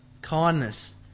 Kindness